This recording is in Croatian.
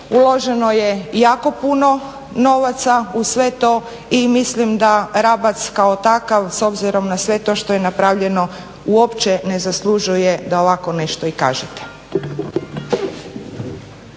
Uloženo je jako puno novaca u sve to i mislim da Rabac kao takav s obzirom na sve to što je napravljeno uopće ne zaslužuje da ovako nešto i kažete.